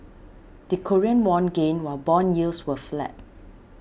the Korean won gained while bond yields were flat